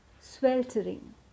sweltering